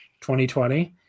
2020